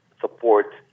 support